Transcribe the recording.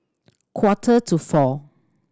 quarter to four